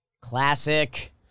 Classic